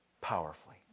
powerfully